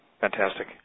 Fantastic